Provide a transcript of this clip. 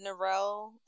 Narelle